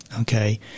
okay